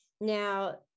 Now